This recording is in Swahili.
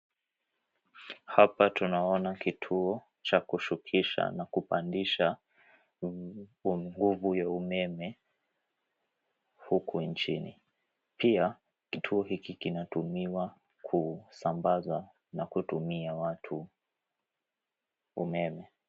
Hapa tunaona kituo cha kushukisha na kupandisha nguvu ya umeme, huku nchini. Pia, kituo hiki kinatumiwa kusambaza na kutumia watu umeme.